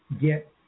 get